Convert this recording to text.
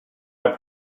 have